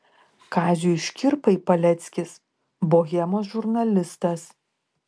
kaziui škirpai paleckis bohemos žurnalistas